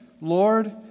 Lord